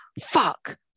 fuck